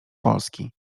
polski